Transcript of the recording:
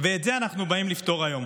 את זה אנחנו באים לפתור היום.